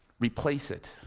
we place it.